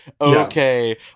okay